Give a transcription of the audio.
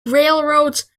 railroads